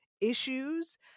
issues